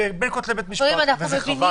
בין כותלי בית משפט, וזה חבל.